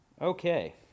Okay